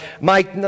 Mike